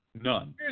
none